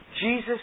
Jesus